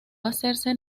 hacerse